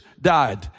died